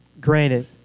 Granted